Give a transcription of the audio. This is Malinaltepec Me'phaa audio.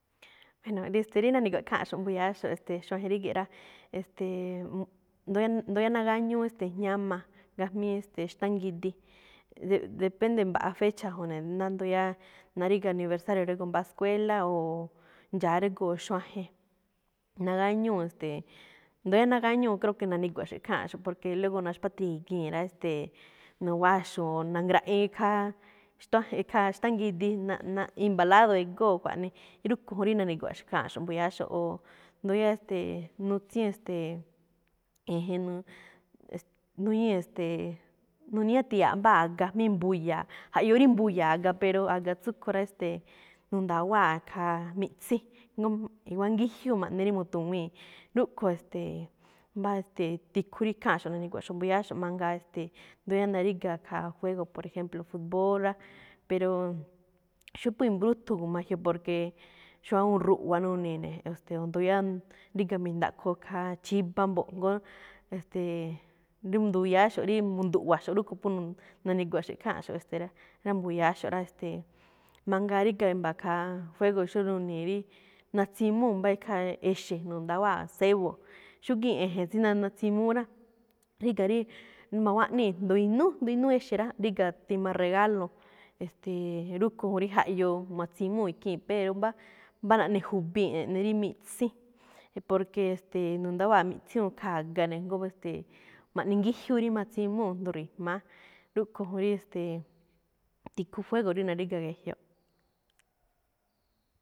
Bueno, rí na̱ni̱gua̱ꞌxo̱ꞌ ikháanꞌxo̱ꞌ mbu̱ya̱áxo̱ꞌ, e̱ste̱e̱, xuajen ríge̱ꞌ rá, e̱ste̱e̱, ndóo yáá nagáñúú, ste̱e̱, jñáma gajmíí, ste̱e̱, xtángidi. De- depende mbaꞌa fecha juun ne̱, ndo yáá naríga̱ aniversario régo̱o̱ mbá escuela, oo ndxa̱a̱ régo̱o̱ xuajen. Nagáñúu̱, ste̱e̱, ndóo yáá nagáñúu̱, creo que na̱ni̱gua̱ꞌxo̱ꞌ ikháanꞌxo̱ꞌ, porque luego naxpátri̱gii̱n rá, e̱ste̱e̱, nuguáxuu̱n o na̱ngra̱ꞌiin khaa xtuájen, khaa xtángidi, naꞌ-na i̱mba̱ lado egóo̱ kuaꞌnii. Rúꞌkho̱ juun rí na̱ni̱gua̱ꞌxo̱ꞌ kháanꞌxo̱ꞌ mbu̱ya̱áxo̱ꞌ. Oo ndóo yáá, ste̱e̱, nutsíin, e̱ste̱e̱, e̱je̱n nuu, ste, nuñíi̱ e̱ste̱e̱, nu̱ni̱ꞌñáti̱ya̱a̱ꞌ mbáa a̱ga mí mbuya̱a̱, jaꞌyoo rí mbuya̱a̱ a̱ga, pero a̱ga tsúꞌkho̱ rá, e̱ste̱e̱, nu̱nda̱wáa̱ khaa miꞌtsín. Nun, i̱wa̱á ngíjyúu ma̱ꞌne rú mu̱tuwii̱n, rúꞌkhue̱n, ste̱e̱, mbá ste̱e̱, tikhuu rí ikháanꞌxo̱ꞌ na̱ni̱gua̱ꞌxo̱ꞌ mbu̱ya̱áxo̱ꞌ mangaa. E̱ste̱e̱, ndóo yáá naríga̱, khaa juego, por ejemplo, fútbol rá. Pero, xóo phú i̱mbrúthun gu̱ma jyoꞌ porque xóo awúun ruꞌwa nuni̱i̱ ne̱. Ste̱e̱, ndo yáá ríga̱ mi̱ndaꞌkho khaa chíba mbo̱ꞌ, jngó, e̱ste̱e̱, ndíi ndu̱ya̱áxo̱ꞌ rí mu̱ndu̱ꞌwa̱xo̱ꞌ, rúꞌkho̱ phú nu̱n- na̱ni̱guaxo̱ꞌ ikháanꞌxo̱ꞌ, e̱ste̱e̱ rá, ná mbu̱ya̱áxo̱ꞌ rá, e̱ste̱e̱. Mangaa ríga̱ e̱mba̱ khaa fuego xóo nuni̱i̱ rí natsimúu̱ mbá ikhaa exe̱, nu̱nda̱wáa̱ sebo. Xúgíin e̱je̱n tsí na- natsimúú rá, ríga̱ rí mawáꞌníi̱ ndu inúú, jndu inúú exe̱ rá, ríga̱ tima regalo. E̱ste̱e̱, rúꞌkho̱ juun rí jaꞌyoo ma̱tsimúu̱ ikhii̱n, pero mbá mbá naꞌneꞌjubii̱n eꞌne rí miꞌtsín. Porque, e̱ste̱e̱, nu̱ndáwáa̱ mitsiúun khaa a̱ga ne̱, jngó ma̱ꞌne ngíjyúu̱ rí ma̱tsimúu̱ jndo ri̱jma̱á. Rúꞌkho̱ juun rí, ste̱e̱, tikhu fuego rí naríga̱ ge̱jyoꞌ.